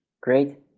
Great